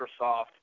Microsoft